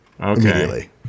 Okay